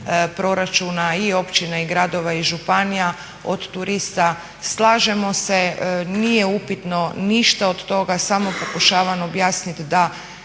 proračuna i općina i gradova i županija, od turista, slažemo se nije upitno ništa od toga samo pokušavam objasniti da